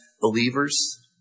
believers